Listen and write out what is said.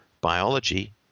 biology